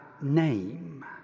name